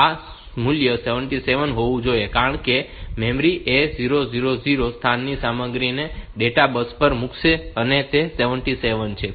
આ મૂલ્ય 77 હોવું જોઈએ કારણ કે મેમરી A000 સ્થાનની સામગ્રીને ડેટા બસ પર મૂકશે અને તે 77 છે